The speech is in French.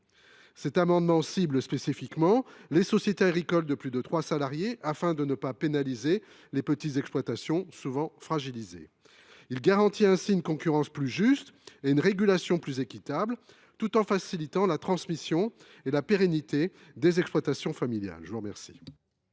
Cet amendement cible spécifiquement les sociétés agricoles de plus de trois salariés afin de ne pas pénaliser les petites exploitations, souvent fragilisées. Il s’agit de garantir une concurrence plus juste et une régulation plus équitable, tout en facilitant la transmission et la pérennité des exploitations familiales. Quel